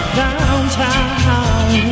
downtown